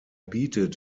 bietet